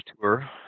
tour